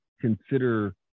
consider